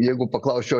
jeigu paklausčiau